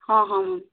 ହଁ ହଁ ହଁ